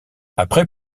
après